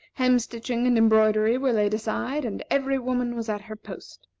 hem-stitching and embroidery were laid aside, and every woman was at her post.